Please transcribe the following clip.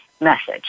message